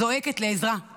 זועקת לעזרה,